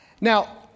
Now